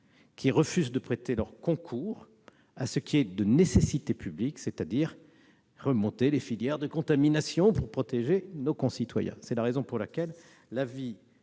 refusent de prêter leur concours à ce qui est de nécessité publique : remonter les filières de contamination pour protéger nos concitoyens. C'est la raison pour laquelle l'avis